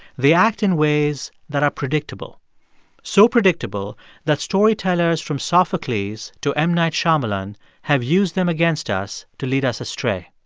they act in ways that are predictable so predictable that storytellers from sophocles to m. night shyamalan have used them against us to lead us astray